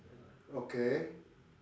okay